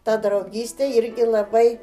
ta draugystė irgi labai